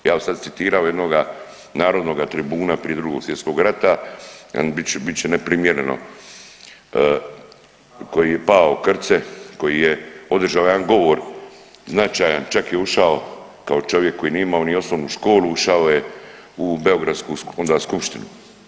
Ja bi sad citirao jednoga narodnoga tribuna prije Drugog svjetskog rata, bit će, bit će neprimjereno koji je Pavao Krce, koji je održao jedan govor značajan čak je ušao kao čovjek koji nije imao ni osnovnu školu ušao je u beogradsku onda skupštinu.